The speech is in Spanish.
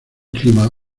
clima